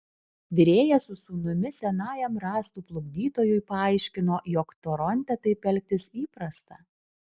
virėjas su sūnumi senajam rąstų plukdytojui paaiškino jog toronte taip elgtis įprasta